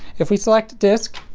if we select disk.